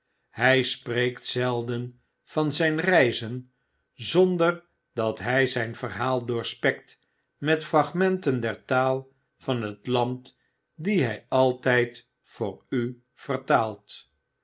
hy spreekt zelden van zyn reizen zonder dat hy zyn verhaal doorspekt met fragmenten der taal van het land die hy altijd voor u vertaalt